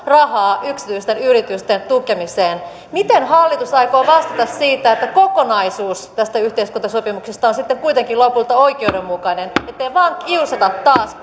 rahaa yksityisten yritysten tukemiseen miten hallitus aikoo vastata siitä että kokonaisuus tästä yhteiskuntasopimuksesta on sitten kuitenkin lopulta oikeudenmukainen ettei vain kiusata taas